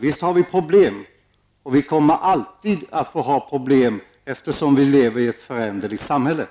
Visst har vi problem, och vi kommer alltid att ha problem eftersom vi lever i ett föränderligt samhälle.